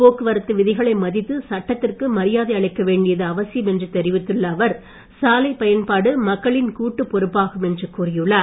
போக்குவரத்து விதிகளை மதித்து சட்டத்திற்கு மரியாதை அளிக்க வேண்டியது அவசியம் என்று தெரிவித்துள்ள அவர் சாலைப் பயன்பாடு மக்களின் கூட்டுப் பொறுப்பாகும் என்று கூறியுள்ளார்